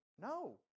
No